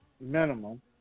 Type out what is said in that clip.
minimum